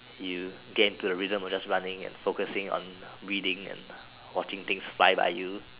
you gain into the rhythm of focusing on reading and watching things fly by you